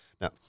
Now